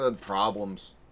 problems